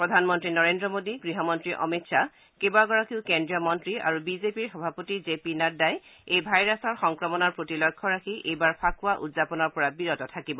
প্ৰধানমন্ত্ৰী নৰেন্দ্ৰ মোদী গৃহমন্ত্ৰী অমিত শ্বাহ কেইবাগৰাকীও কেন্দ্ৰীয় মন্ত্ৰী আৰু বিজেপিৰ সভাপতি জেপি নড্ডাই এই ভাইৰাছৰ সংক্ৰমণৰ প্ৰতি লক্ষ্য ৰাখি এইবাৰ ফাকুৱা উদ্যাপনৰ পৰা বিৰত থাকিব